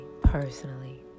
personally